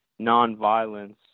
nonviolence